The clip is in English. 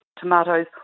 tomatoes